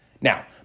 Now